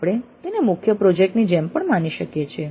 આપણે તેને મુખ્ય પ્રોજેક્ટ ની જેમ પણ માની શકીએ છીએ